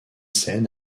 scène